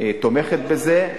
תומכת בזה,